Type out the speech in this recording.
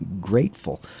grateful